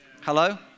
Hello